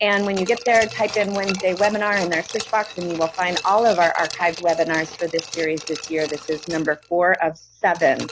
and when you get there, type in wednesday webinar in their search box, and you will find all of our archived webinars for this series this year. this is number four of seven